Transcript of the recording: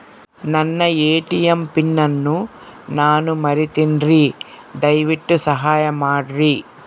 ನನ್ನ ATM PIN ಅನ್ನು ನಾನು ಮರಿತಿನ್ರಿ, ದಯವಿಟ್ಟು ಸಹಾಯ ಮಾಡ್ರಿ